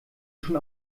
schon